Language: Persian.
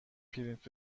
پرینت